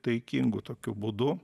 taikingu tokiu būdu